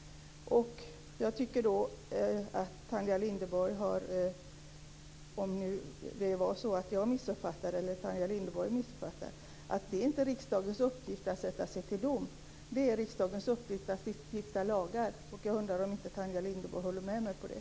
Jag vet inte om jag missuppfattade Tanja Linderborg eller om Tanja Linderborg missuppfattade mig, men det är inte riksdagens uppgift att sätta sig till doms men det är riksdagens uppgift att stifta lagar. Jag undrar om inte Tanja Linderborg håller med om det.